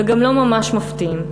וגם לא ממש מפתיעים.